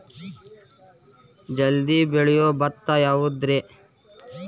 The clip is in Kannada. ಜಲ್ದಿ ಬೆಳಿಯೊ ಭತ್ತ ಯಾವುದ್ರೇ?